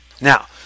Now